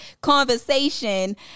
conversation